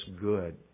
good